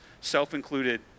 self-included